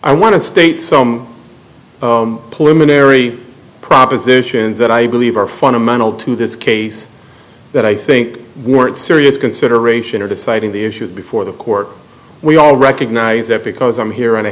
i want to state some plymouth marry propositions that i believe are fundamental to this case that i think weren't serious consideration or deciding the issues before the court we all recognize that because i'm here on a